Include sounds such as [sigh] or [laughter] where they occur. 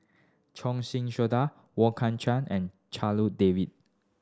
Choon Singh [unintelligible] Wong Kan Cheong and [unintelligible] David